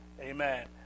Amen